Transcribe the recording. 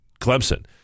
Clemson